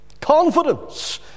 confidence